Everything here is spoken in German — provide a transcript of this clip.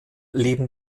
leben